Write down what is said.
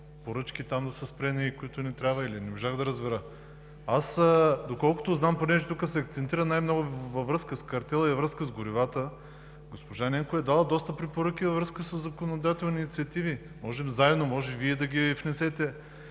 поръчки да са спрени, които не трябва? Не можах да разбера. Тук се акцентира най-много във връзка с картела и във връзка с горивата. Госпожа Ненкова е дала доста препоръки във връзка със законодателни инициативи. Можем заедно, може и Вие да ги внесете,